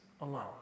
alone